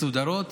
מסודרות.